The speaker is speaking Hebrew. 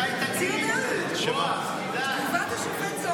אולי תקריא את זה, בועז, כדאי.